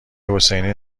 حسینی